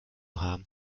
haben